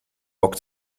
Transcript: bock